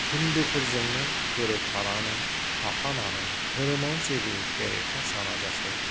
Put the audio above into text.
हिन्दु फोरजोंनो गोरोबफानानै थाफानानै गोरोब फानानै धोरोमाव जेबो बेरेखा साना जासे